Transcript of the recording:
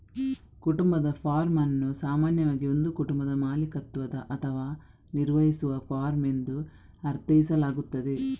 ಕುಟುಂಬದ ಫಾರ್ಮ್ ಅನ್ನು ಸಾಮಾನ್ಯವಾಗಿ ಒಂದು ಕುಟುಂಬದ ಮಾಲೀಕತ್ವದ ಅಥವಾ ನಿರ್ವಹಿಸುವ ಫಾರ್ಮ್ ಎಂದು ಅರ್ಥೈಸಲಾಗುತ್ತದೆ